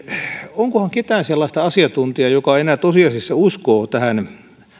onkohan ketään sellaista asiantuntijaa joka enää tosiasiassa uskoo tähän